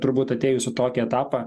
turbūt atėjus į tokį etapą